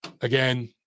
Again